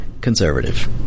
conservative